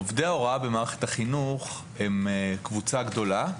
עובדי ההוראה במערכת החינוך הם קבוצה גדולה,